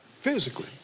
physically